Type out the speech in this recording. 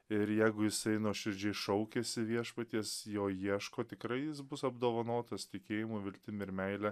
ir jeigu jisai nuoširdžiai šaukiasi viešpaties jo ieško tikrai jis bus apdovanotas tikėjimu viltim ir meile